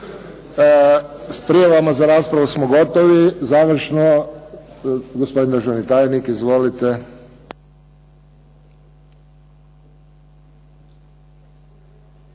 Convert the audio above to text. S prijavama za raspravu smo gotovi, završno gospodin državi tajnik. Izvolite.